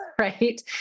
right